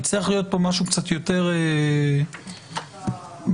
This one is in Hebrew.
יצטרך להיות פה משהו קצת יוצת מהותי.